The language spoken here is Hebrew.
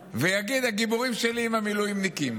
ויגיד: הגיבורים שלי הם המילואימניקים.